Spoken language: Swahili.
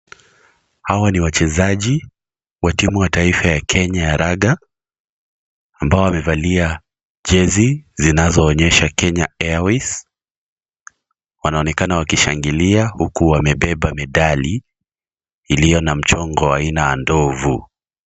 Hawa ni wachezaji wa timu wa kenya wa raga, ambao wamevalia jezi zinazoonyesha Kenya Airways. Wanaonekana wakishangilia huku wamebeba medali iliyo na mchongo wa aina ya ndovu.